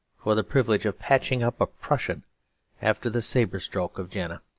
for the privilege of patching up a prussian after the sabre-stroke of jena.